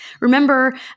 Remember